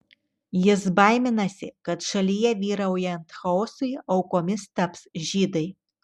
jis baiminasi kad šalyje vyraujant chaosui aukomis taps žydai